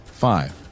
Five